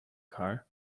car